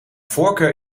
voorkeur